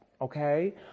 okay